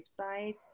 website